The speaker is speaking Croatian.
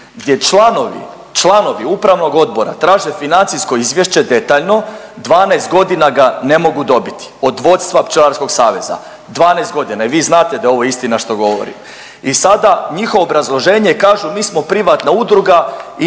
članovi upravnog odbora traže financijsko izvješće detaljno, 12.g. ga ne mogu dobiti od vodstva Pčelarskog saveza, 12.g. i vi znate da je ovo istina što govorim. I sada njihovo obrazloženje kažu mi smo privatna udruga